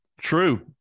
True